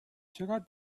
چقد